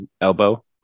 elbow